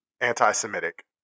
anti-Semitic